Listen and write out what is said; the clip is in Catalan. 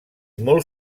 molt